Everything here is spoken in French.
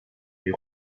les